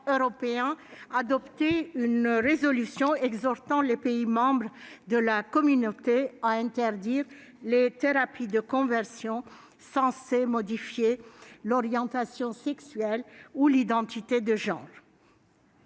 adoptait une résolution exhortant les pays membres de la communauté à interdire les thérapies de conversion censées modifier l'orientation sexuelle ou l'identité de genre.